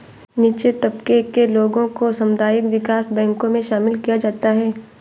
नीचे तबके के लोगों को सामुदायिक विकास बैंकों मे शामिल किया जाता है